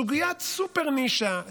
סוגיית סופר-נישה,